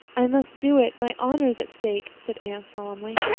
i must do it. my honor is at stake, said anne solemnly.